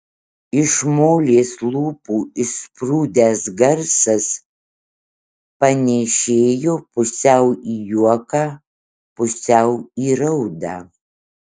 iš molės lūpų išsprūdęs garsas panėšėjo pusiau į juoką pusiau į raudą